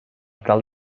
tal